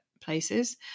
places